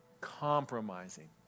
Compromising